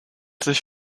sich